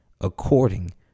according